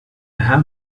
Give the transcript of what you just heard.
have